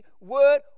word